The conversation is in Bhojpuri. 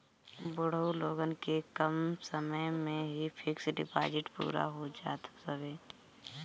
बुढ़ऊ लोगन के कम समय में ही फिक्स डिपाजिट पूरा हो जात हवे